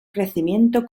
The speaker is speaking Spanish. crecimiento